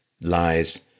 lies